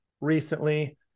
recently